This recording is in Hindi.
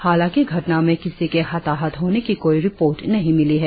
हालांकि घटना में किसी के हताहत होने की कोई रिपोर्ट नहीं मिली है